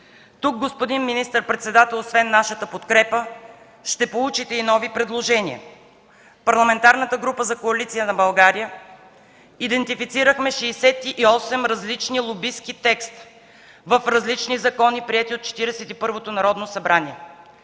Тук, господин министър-председател, освен нашата подкрепа, ще получите и нови предложения. От Парламентарната група на Коалиция за България идентифицирахме 68 различни лобистки текста в различни закони, приети от Четиридесет